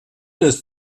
des